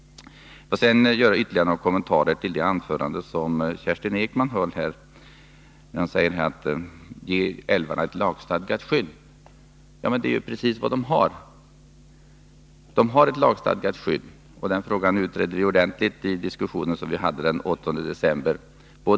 Jag vill sedan göra ytterligare en kommentar till Kerstin Ekmans anförande. Ge älvarna ett lagstadgat skydd, sade hon. Ja, men det är ju precis vad de har! Den frågan utredde vi ordentligt i den diskussion som vi hade den 8 december i fjol.